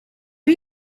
are